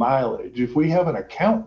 mileage if we have an account